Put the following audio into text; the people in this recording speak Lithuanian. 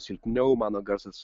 silpniau mano garsas